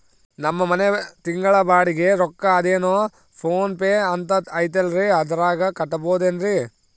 ನಮ್ಮ ಮನೆಯ ತಿಂಗಳ ಬಾಡಿಗೆ ರೊಕ್ಕ ಅದೇನೋ ಪೋನ್ ಪೇ ಅಂತಾ ಐತಲ್ರೇ ಅದರಾಗ ಕಟ್ಟಬಹುದೇನ್ರಿ?